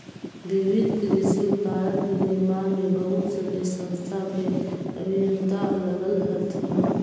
विविध कृषि उपकरण के निर्माण में बहुत सनी संस्था के अभियंता लगल हथिन